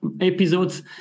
episodes